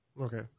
Okay